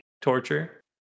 Torture